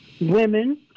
women